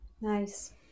Nice